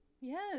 Yes